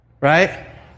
Right